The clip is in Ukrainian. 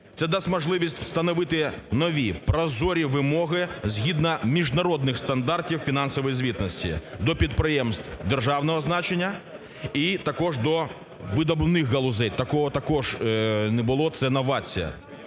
Це дасть можливість встановити нові прозорі вимоги, згідно міжнародних стандартів фінансової звітності до підприємств державного значення і також до видобувних галузей, такого також не було, це новація,